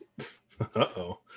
Uh-oh